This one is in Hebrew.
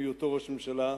בהיותו ראש הממשלה,